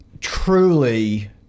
truly